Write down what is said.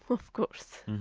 of course.